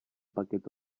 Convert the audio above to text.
paquet